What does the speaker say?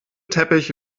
teppich